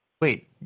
Wait